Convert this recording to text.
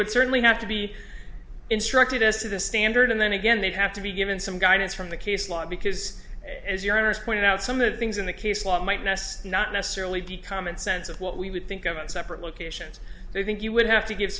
would certainly have to be instructed us to the standard and then again they'd have to be given some guidance from the case law because as you pointed out some of the things in the case law might mess not necessarily be common sense of what we would think of a separate locations i think you would have to give